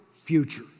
future